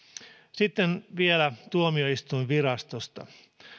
sitten vielä tuomioistuinvirastosta